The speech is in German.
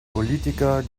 politiker